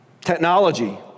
Technology